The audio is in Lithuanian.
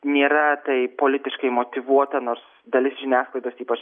nėra tai politiškai motyvuota nors dalis žiniasklaidos ypač